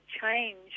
change